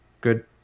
good